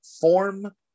form